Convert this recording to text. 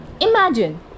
imagine